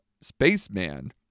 Spaceman